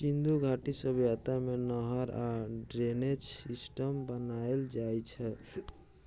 सिन्धु घाटी सभ्यता मे नहर आ ड्रेनेज सिस्टम बनाएल जाइ छै